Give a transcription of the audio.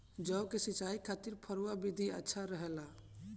जौ के सिंचाई खातिर फव्वारा विधि अच्छा रहेला?